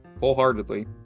wholeheartedly